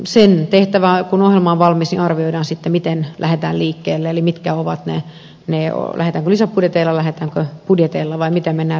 sen tehtävä kun ohjelma on valmis on arvioida sitten miten lähdetään liikkeelle eli lähdetäänkö lisäbudjeteilla lähdetäänkö budjeteilla vai miten mennään liikkeelle